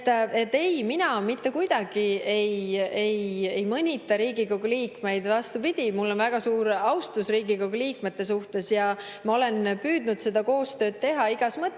mina mitte kuidagi ei mõnita Riigikogu liikmeid, vastupidi, mul on väga suur austus Riigikogu liikmete suhtes. Ma olen püüdnud koostööd teha igas mõttes.